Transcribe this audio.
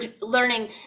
learning